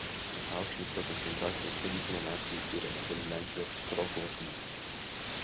aušvico koncentracijos stovyklą naciai įkūrė netoli lenkijos krokuvos miesto